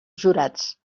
jurats